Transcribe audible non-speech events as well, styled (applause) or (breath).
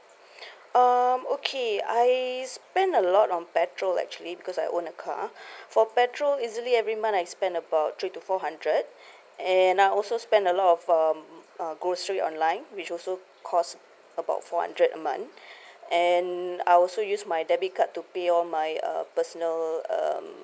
(breath) um okay I spend a lot on petrol actually because I owned a car (breath) for petrol easily every month I spend about three to four hundred (breath) and I also spend a lot of um uh grocery online which also cost about four hundred a month (breath) and I also use my debit card to pay all my uh personal um